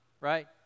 right